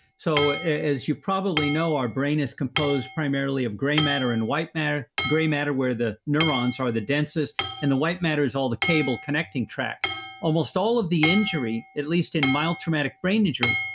so as you probably know our brain is composed primarily of gray matter and white matter, gray matter where the neurons are the densest and the white matter is all the cable connecting track almost all of the injury, at least in mild traumatic brain injury,